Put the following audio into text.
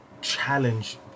challenge